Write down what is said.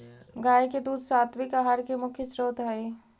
गाय के दूध सात्विक आहार के मुख्य स्रोत हई